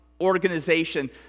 organization